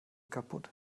kaputt